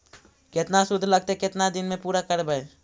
केतना शुद्ध लगतै केतना दिन में पुरा करबैय?